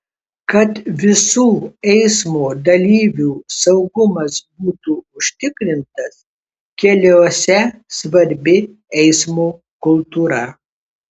kad visų eismo dalyvių saugumas būtų užtikrintas keliuose svarbi eismo kultūra